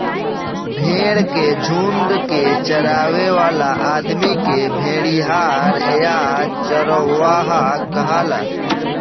भेड़ के झुंड के चरावे वाला आदमी के भेड़िहार या चरवाहा कहाला